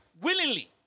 willingly